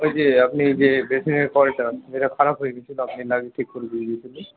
ওই যে আপনি যে বেসিনের কলটা যেটা খারাপ হয়ে গেছিল আপনি লাগিয়ে ঠিক করে দিয়ে গেছিলেন